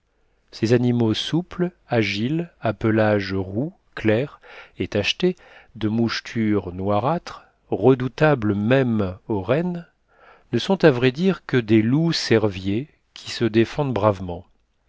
ces animaux souples agiles à pelage roux clair et tacheté de mouchetures noirâtres redoutables même aux rennes ne sont à vrai dire que des loups cerviers qui se défendent bravement